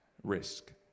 Risk